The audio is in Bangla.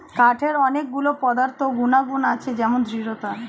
কাঠের অনেক গুলো পদার্থ গুনাগুন আছে যেমন দৃঢ়তা